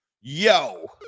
Yo